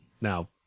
Now